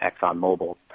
ExxonMobil